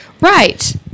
right